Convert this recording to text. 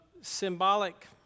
symbolic